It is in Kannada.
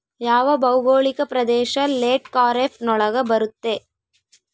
ಯಾವ ಭೌಗೋಳಿಕ ಪ್ರದೇಶ ಲೇಟ್ ಖಾರೇಫ್ ನೊಳಗ ಬರುತ್ತೆ?